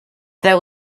that